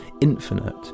infinite